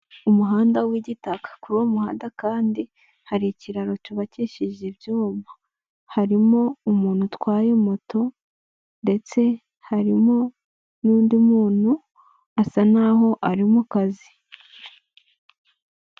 Umuhanda w'igitaka kuri uwo muhanda kandi hari ikiraro cyubakishije ibyuma, harimo umuntu utwaye moto ndetse harimo n'undi muntu asa naho ari mu kazi.